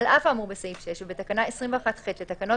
12.על אף האמור בסעיף 6 ובתקנה 21ח לתקנות